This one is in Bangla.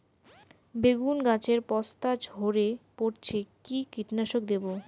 বেগুন গাছের পস্তা ঝরে পড়ছে কি কীটনাশক দেব?